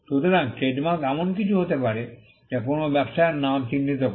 সুতরাং ট্রেডমার্ক এমন কিছু হতে পারে যা কোনও ব্যবসায়ের নাম চিহ্নিত করে